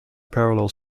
parallel